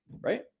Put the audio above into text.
Right